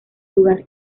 lugar